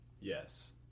Yes